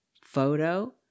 photo